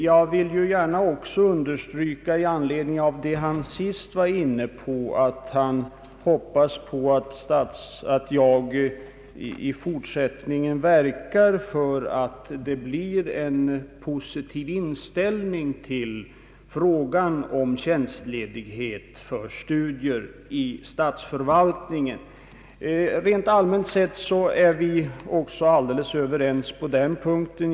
Jag vill också gärna understryka det han sist var inne på, nämligen att han hoppas att jag i fortsättningen verkar för en positiv inställning till frågan om tjänstledighet för studier för anställda i statsförvaltningen. Rent allmänt sett är vi överens på den punkten.